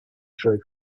true